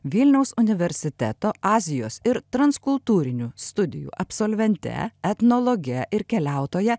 vilniaus universiteto azijos ir transkultūrinių studijų absolventė etnologe ir keliautoja